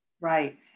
Right